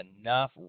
enough